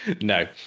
No